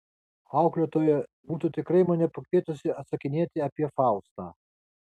auklėtoja būtų tikrai mane pakvietusi atsakinėti apie faustą